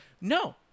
No